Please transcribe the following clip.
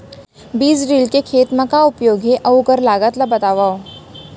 बीज ड्रिल के खेत मा का उपयोग हे, अऊ ओखर लागत ला बतावव?